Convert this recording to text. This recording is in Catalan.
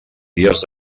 dies